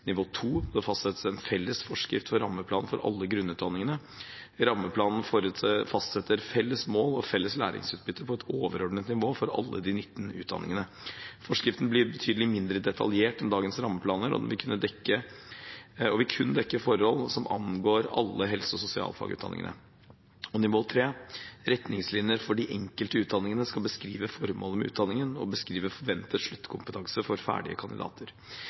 Nivå 2: Det fastsettes en felles forskrift for rammeplan for alle grunnutdanningene. Rammeplanen fastsetter felles mål og felles læringsutbytte på et overordnet nivå for alle de 19 utdanningene. Forskriften blir betydelig mindre detaljert enn dagens rammeplaner, og den vil kun dekke forhold som angår alle helse- og sosialfagutdanningene. Nivå 3: Retningslinjer for de enkelte utdanningene skal beskrive formålet med utdanningen og forventet sluttkompetanse for ferdige kandidater.